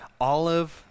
Olive